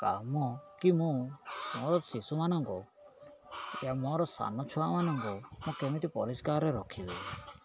କାମ କି ମୁଁ ମୋର ଶିଶୁମାନଙ୍କୁ କି ମୋର ସାନ ଛୁଆମାନଙ୍କୁ ମୁଁ କେମିତି ପରିଷ୍କାରରେ ରଖିବି